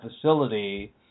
facility